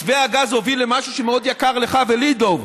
מתווה הגז הוביל למשהו שמאוד יקר לך ולי, דב,